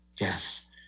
Yes